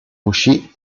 uscì